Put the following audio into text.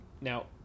now